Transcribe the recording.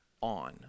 on